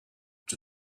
czy